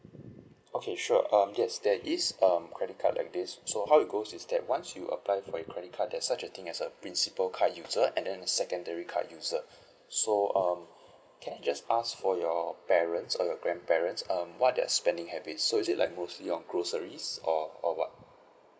okay sure um yes there is um credit card like this so how it goes is that once you apply for a credit card there such a thing as a principle card user and then secondary card user so um can I just ask for your parents or your grandparents um what they're spending habits so is it like mostly on groceries or or what